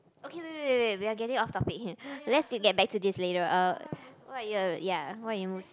okay wait wait wait wait we are getting off topic let's look get back to this later uh what are you ya what are you most